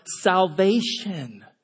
Salvation